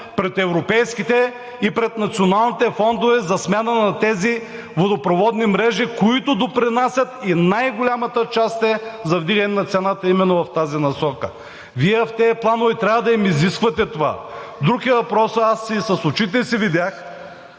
пред европейските и пред националните фондове за смяна на тези водопроводни мрежи, които допринасят за вдигане на цената именно в тази насока. Вие в тези планове трябва да им изисквате това. Друг е въпросът – аз с очите си видях,